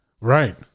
right